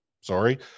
sorry